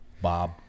Bob